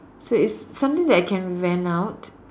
so it's something that I can vent out